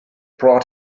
brought